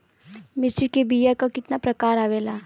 मिर्चा के बीया क कितना प्रकार आवेला?